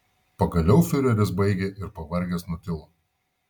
pagaliau fiureris baigė ir pavargęs nutilo